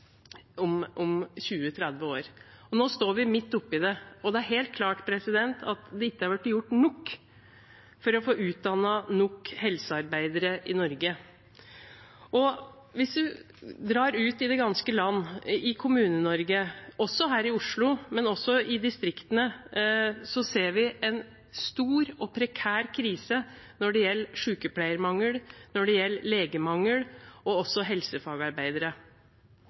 om 20–30 år. Nå står vi midt oppe i det, og det er helt klart at det ikke har vært gjort nok for å få utdannet nok helsearbeidere i Norge. Hvis vi drar ut i det ganske land – ut i Kommune-Norge og distriktene, men også her i Oslo – ser vi en stor og prekær krise når det gjelder sykepleiermangel, når det gjelder legemangel og mangel på helsefagarbeidere.